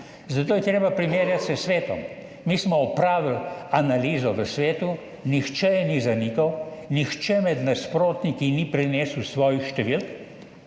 zato je treba primerjati s svetom. Mi smo opravili analizo v svetu, nihče je ni zanikal, nihče med nasprotniki ni prinesel svojih številk,